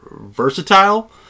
versatile